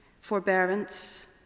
forbearance